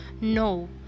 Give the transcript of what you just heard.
no